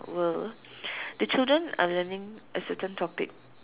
will the children are learning a certain topic